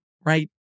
right